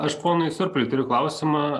aš ponui surpliui turiu klausimą